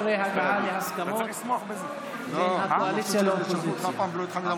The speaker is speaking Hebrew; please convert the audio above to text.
אחרי הגעה להסכמות בין הקואליציה לאופוזיציה.